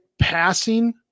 passing